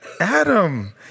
Adam